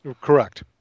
Correct